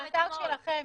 זה מהאתר שלכם,